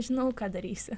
žinau ką darysiu